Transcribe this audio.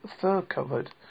fur-covered